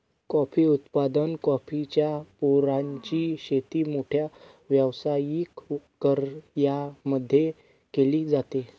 coffee उत्पादन, coffee च्या रोपांची शेती मोठ्या व्यावसायिक कर्यांमध्ये केली जाते